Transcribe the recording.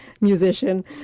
musician